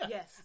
Yes